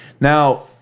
Now